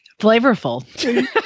flavorful